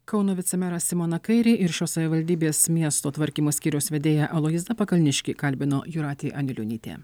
kauno vicemerą simoną kairį ir šios savivaldybės miesto tvarkymo skyriaus vedėją aloyzą pakalniškį kalbino jūratė anilionytė